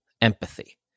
empathy